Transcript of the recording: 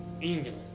England